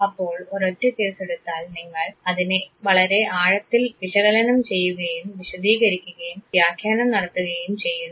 അപ്പോൾ ഒരൊറ്റ കേസെടുത്താൽ നിങ്ങൾ അതിനെ വളരെ ആഴത്തിൽ വിശകലനം ചെയ്യുകയും വിശദീകരിക്കുകയും വ്യാഖ്യാനം നടത്തുകയും ചെയ്യുന്നു